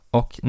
och